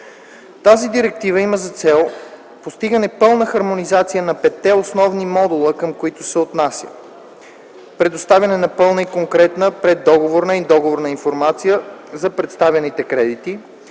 Тази директива има за цел постигане пълна хармонизация на петте основни модула, към които се отнасят: предоставяне на пълна и коректна преддоговорна и договорна информация за предоставяните кредити;